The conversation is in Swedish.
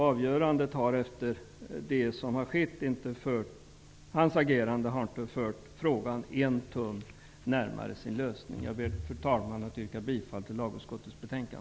Hans agerande har inte fört frågan en tum närmare sin lösning. Fru talman! Jag ber att få yrka bifall till lagutskottets hemställan.